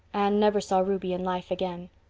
anne never saw ruby in life again.